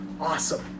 Awesome